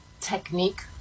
technique